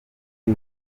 w’u